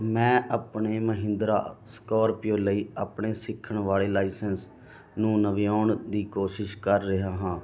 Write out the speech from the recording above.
ਮੈਂ ਆਪਣੇ ਮਹਿੰਦਰਾ ਸਕਾਰਪੀਓ ਲਈ ਆਪਣੇ ਸਿੱਖਣ ਵਾਲੇ ਲਾਇਸੈਂਸ ਨੂੰ ਨਵਿਆਉਣ ਦੀ ਕੋਸ਼ਿਸ਼ ਕਰ ਰਿਹਾ ਹਾਂ